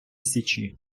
січі